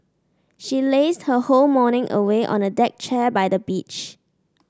she lazed her whole morning away on a deck chair by the beach